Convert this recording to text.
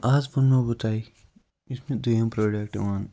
آز وَنو بہٕ تۄہہِ یُس مےٚ دٔیٚیِم پروڈَکٹ اوٚن